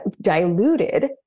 diluted